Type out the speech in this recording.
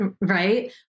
Right